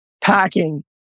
packing